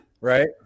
right